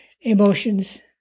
emotions